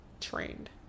trained